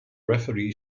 referee